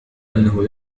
أنه